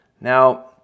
Now